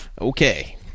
Okay